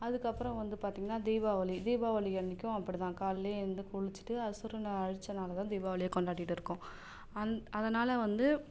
அதுக்கப்புறம் வந்து பார்த்தீங்கன்னா தீபாவளி தீபாவளி அன்னைக்கியும் அப்படி தான் காலைலே எழுந்து குளிச்சிட்டு அசுரனை அழித்த நாளை தான் தீபாவளியாக கொண்டாடி இருக்கோம் அந் அதனால் வந்து